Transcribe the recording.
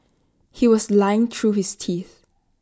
he was lying through his teeth